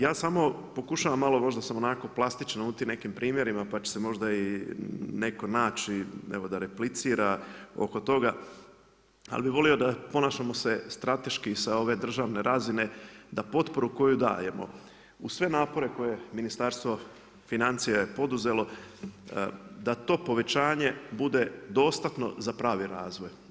Ja samo pokušavam malo možda sam onako malo plastično u tim nekim primjerima pa će se možda neko naći da replicira oko toga, ali bi volio da ponašamo se strateški i sa ove državne razine da potporu koju dajemo uz sve napore koje Ministarstvo financija je poduzelo da to povećanje bude dostatno za pravi razvoj.